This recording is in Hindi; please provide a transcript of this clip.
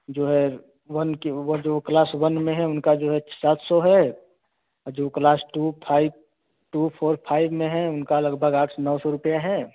जो है वन के वे जो क्लास वन में हैं उनका जो है सात सौ है और जो class two five two four five में हैं उनका लगभग आठ नौ सौ रुपये है